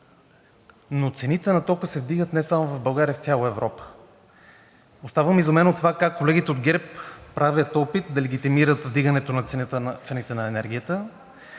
но цените на тока се вдигат не само в България, а в цяла Европа.“ Оставам изумен как колегите от ГЕРБ правят опит да легитимират вдигането на цените на енергията.